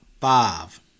five